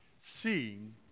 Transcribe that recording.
seeing